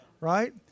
Right